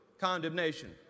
condemnation